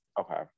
Okay